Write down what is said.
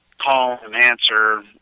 call-and-answer